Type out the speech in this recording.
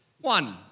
one